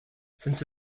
since